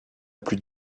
plus